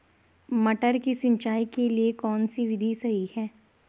मटर की सिंचाई के लिए कौन सी विधि सही है?